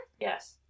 yes